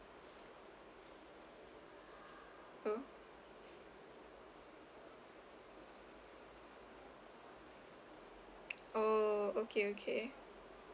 oh oh okay okay